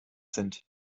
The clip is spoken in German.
sind